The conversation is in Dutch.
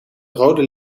rode